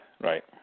right